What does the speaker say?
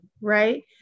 right